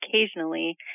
occasionally